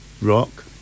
rock